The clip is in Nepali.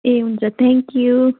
ए हुन्छ थ्याङ्क यू